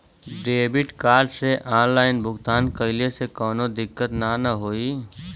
Debit card से online भुगतान कइले से काउनो दिक्कत ना होई न?